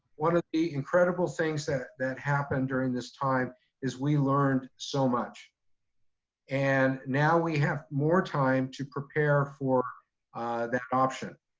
one of the incredible things that that happened during this time is we learned so much and now we have more time to prepare for that option.